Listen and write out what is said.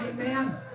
Amen